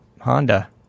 Honda